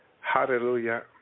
Hallelujah